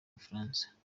bufaransa